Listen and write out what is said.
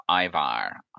Ivar